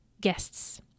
guests